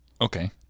Okay